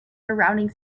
surrounding